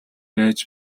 байж